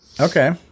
Okay